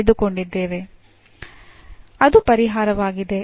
ಅದು ಪರಿಹಾರವಾಗಿದೆ